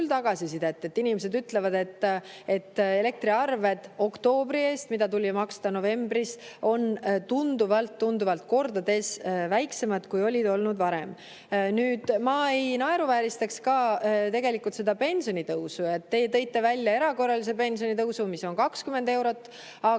inimesed ütlevad, et elektriarved oktoobri eest, mida tuli maksta novembris, on tunduvalt-tunduvalt, kordades väiksemad, kui olid varem. Ma ei naeruvääristaks tegelikult ka seda pensionitõusu. Te tõite välja erakorralise pensionitõusu, mis on 20 eurot, aga